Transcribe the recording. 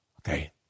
okay